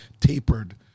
tapered